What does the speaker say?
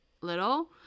little